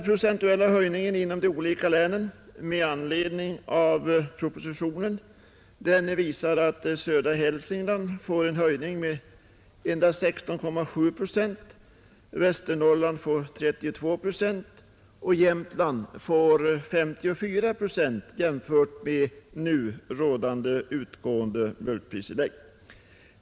Propositionen visar att södra Hälsingland får en procentuell höjning av mjölkpriset med endast 16,7 procent, Västernorrland får 32 procent och Jämtland 54 procent jämfört med nu rådande utgående mjölkpristillägg.